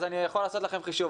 אני יכול לעשות לכם חישוב,